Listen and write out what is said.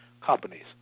companies